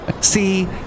See